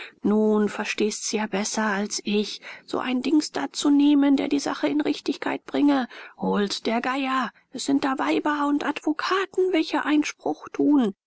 nun verstehst's ja besser als ich so einen dings da zu nehmen der die sache in richtigkeit bringe hol's der geier es sind da weiber und advokaten welche einspruch tun